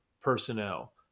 personnel